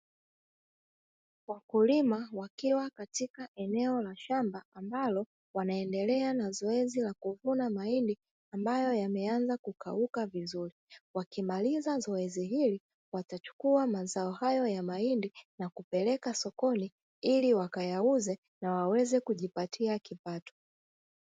Wakulima wakiwa katika eneo la ashamba, ambalo wanaendelea na zoezi la kuvuna mahindi ambayo yameanza kukauka vizuri; wakimaliza zoezi hili, watachukua mazao hayo ya mahindi na kupeleka sokoni ili wakayauze na waweze kujipatia kipato.